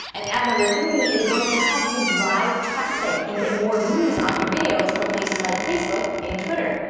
and app number three is going to help you drive traffic and get more views on your videos from places like facebook and twitter.